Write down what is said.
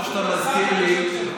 טוב שאתה מזכיר לי.